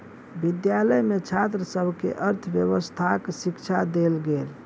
विद्यालय में छात्र सभ के अर्थव्यवस्थाक शिक्षा देल गेल